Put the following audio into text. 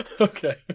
Okay